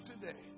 today